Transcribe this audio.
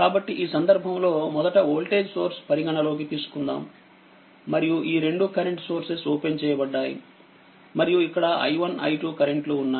కాబట్టిఈ సందర్భం లో మొదట వోల్టేజ్ సోర్స్ పరిగణలోకి తీసుకుందాము మరియు ఈ రెండు కరెంటు సోర్స్ లు ఓపెన్ చేయబడ్డాయి మరియు ఇక్కడ i1 i2 కరెంట్ లు వున్నాయి